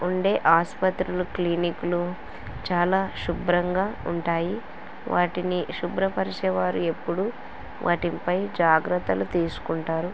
ఉండే ఆసుపత్రులు క్లినిక్లు చాలా శుభ్రంగా ఉంటాయి వాటిని శుభ్రపరిచేవారు ఎప్పుడూ వాటిపై జాగ్రత్తలు తీసుకుంటారు